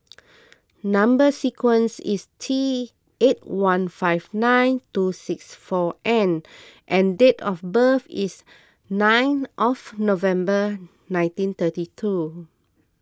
Number Sequence is T eight one five nine two six four N and date of birth is nine of November nineteen thirty two